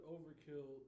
Overkill